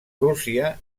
rússia